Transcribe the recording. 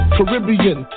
Caribbean